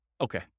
okay